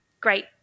great